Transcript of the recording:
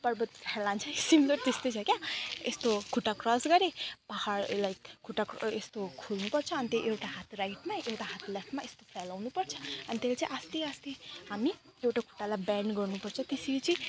पर्वत हिल्लान्छ है सिमिलर त्यस्तै छ क्या यस्तो खुट्टा क्रस गरे पाहाड लाइक खुट्टा यस्तो खोल्नुपर्छ अन्त त्यही एउटा हात राइटमा एउटा हात लेफ्टमा यस्तो फैलाउनुपर्छ अनि त्यसले चाहिँ आस्ते आस्ते हामी एउटो खुट्टालाई चाहिँ बेन्ड गर्नुपर्छ त्यसरी चाहिँ